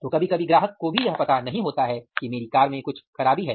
तो कभी कभी ग्राहक को भी यह नहीं पता होता है कि मेरी कार में कुछ खराबी है